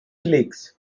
lakes